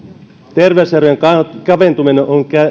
terveyserojen kaventuminen on